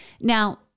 Now